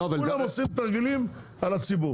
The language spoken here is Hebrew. כולם עושים תרגילים על הציבור.